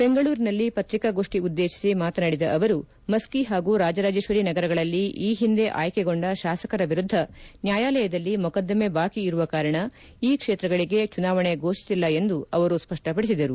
ಬೆಂಗಳೂರಿನಲ್ಲಿ ಪತ್ರಿಕಾಗೋಷ್ಟಿ ಉದ್ದೇತಿಸಿ ಮಾತನಾಡಿದ ಅವರು ಮಸ್ನಿ ಹಾಗೂ ರಾಜರಾಜೇಶ್ವರಿ ನಗರಗಳಲ್ಲಿ ಈ ಹಿಂದೆ ಆಯ್ಲೆಗೊಂಡ ಶಾಸಕರ ವಿರುದ್ದ ನ್ಯಾಯಾಲಯದಲ್ಲಿ ಮೊಕದ್ದಮೆ ಬಾಕಿ ಇರುವ ಕಾರಣ ಈ ಕ್ಷೇತ್ರಗಳಿಗೆ ಚುನಾವಣೆ ಫೋಷಿಸಿಲ್ಲ ಎಂದು ಅವರು ಸ್ಪಷ್ಟಪಡಿಸಿದರು